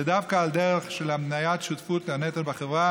ודווקא על דרך הבניית שותפות בנטל בחברה